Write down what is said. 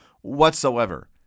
whatsoever